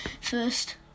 first